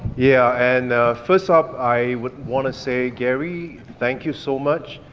yeah, and first off, i would wanna say, gary, thank you so much,